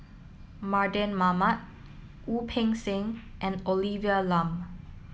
Mardan Mamat Wu Peng Seng and Olivia Lum